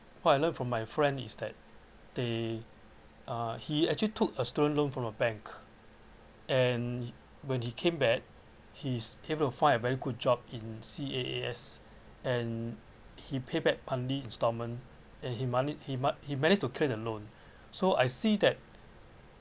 what I learn from my friend is that they uh he actually took a student loan from a bank and when he came back he's able to find a very good job in C_A_A_S and he pay back monthly instalment and he monthly he mon~ he managed to clear the loan so I see that